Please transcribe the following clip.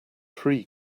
free